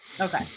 Okay